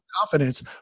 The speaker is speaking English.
confidence